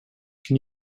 can